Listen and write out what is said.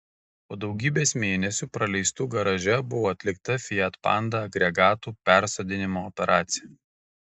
po daugybės mėnesių praleistų garaže buvo atlikta fiat panda agregatų persodinimo operacija